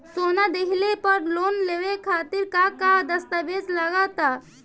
सोना दिहले पर लोन लेवे खातिर का का दस्तावेज लागा ता?